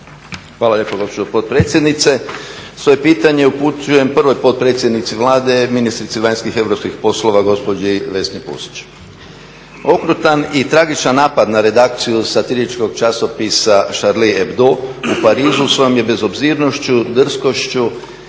Hvala lijepo gospođo potpredsjednice. Svoje pitanje upućujem prvoj potpredsjednici Vlade, ministrici vanjskih i europskih poslova gospođi Vesni Pusić. Okrutan i tragičan napad na redakciju satiričkog časopisa Charile Hebdo u Parizu svojom je bezobzirnošću, drskošću